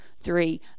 three